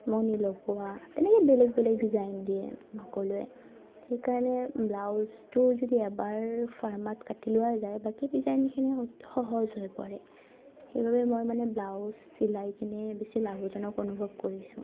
মণি লগোৱা এনেকৈ বেলেগ বেলেগ ডিজাইন দিয়ে সকলোৱে সেইকাৰণে ব্লাউজটো যদি এবাৰ ফাৰ্মাত কাটি লোৱা যায় বাকী ডিজাইনখিনি সহজ হৈ পৰে সেইবাবে মই মানে ব্লাউজ চিলাই কিনে বেছি লাভজনক অনুভৱ কৰিছোঁ